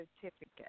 certificate